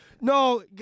No